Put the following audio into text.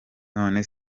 none